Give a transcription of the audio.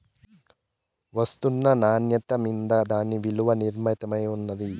ఒస్తున్న నాన్యత మింద దాని ఇలున నిర్మయమైతాది